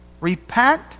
Repent